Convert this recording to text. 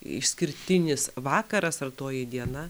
išskirtinis vakaras ar toji diena